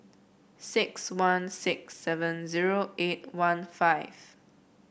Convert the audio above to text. six one six seven zero eight one five